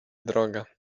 droga